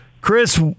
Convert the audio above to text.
Chris